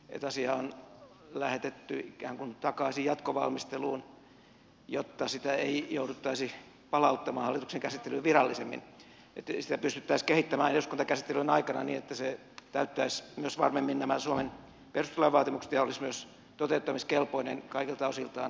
asia on lähetetty ikään kuin takaisin jatkovalmisteluun jotta sitä ei jouduttaisi palauttamaan hallituksen käsittelyyn virallisemmin niin että sitä pystyttäisiin kehittämään eduskuntakäsittelyn aikana niin että se täyttäisi varmemmin myös suomen perustuslain vaatimukset ja olisi myös toteuttamiskelpoinen kaikilta osiltaan